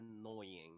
annoying